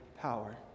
power